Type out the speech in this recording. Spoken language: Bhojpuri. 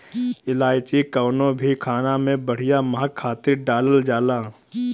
इलायची कवनो भी खाना में बढ़िया महक खातिर डालल जाला